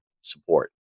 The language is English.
support